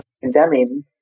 condemning